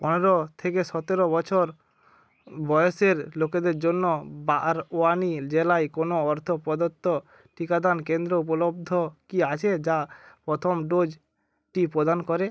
পনেরো থেকে সতেরো বছর বয়সের লোকেদের জন্য বারওয়ানি জেলায় কোনও অর্থ প্রদত্ত টিকাদান কেন্দ্র উপলব্ধ কি আছে যা প্রথম ডোজটি প্রদান করে